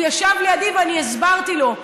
הוא ישב לידי ואני הסברתי לו.